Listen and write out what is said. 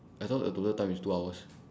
I thought the total time is two hours